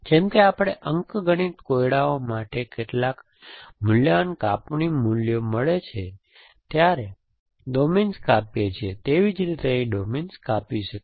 જેમ કે આપણે અંકગણિત કોયડાઓ માટે કેટલાક મૂલ્યવાન કાપણી મૂલ્યો મળે ત્યારે ડોમેન્સ કાપીએ છીએ તેવી જ રીતે અહીં ડોમેન કાપી શકાય